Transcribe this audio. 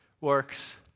works